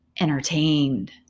entertained